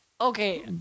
Okay